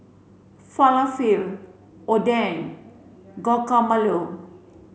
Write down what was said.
Falafel Oden Guacamole